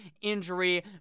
injury